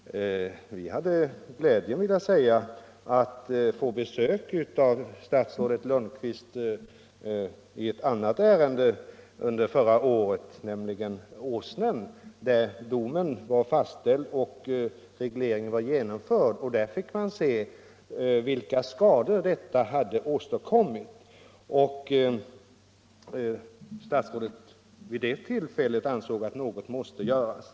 Vi hade förra året glädjen att få besök av statsrådet Lundkvist i ett annat ärende, nämligen när det gällde Åsnen. Domen var där fastställd och regleringen genomförd. Man kunde nu se vilka skador denna hade åstadkommit, och statsrådet ansåg vid det tillfället att något måste göras.